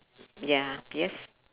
ya yes